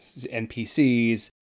npcs